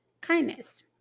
kindness